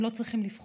הם לא צריכים לבחור.